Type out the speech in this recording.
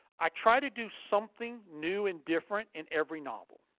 i try to do something new and different in every novel.